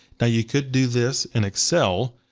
now you could do this in excel,